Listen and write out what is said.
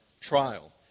trial